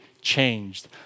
changed